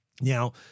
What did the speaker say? Now